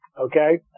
okay